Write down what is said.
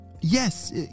Yes